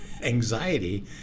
anxiety